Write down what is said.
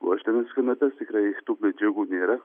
pluoštines kanapes tikrai tų medžiagų nėra